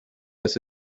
ese